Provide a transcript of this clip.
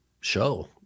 show